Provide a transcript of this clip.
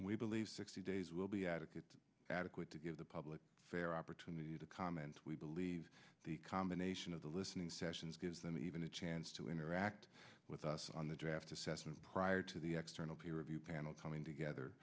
believe sixty days will be adequate adequate to give the public fair opportunity to comment we believe the combination of the listening sessions gives them even a chance to interact with us on the draft assessment prior to the extra no peer review panel coming together